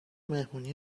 مهمونی